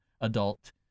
adult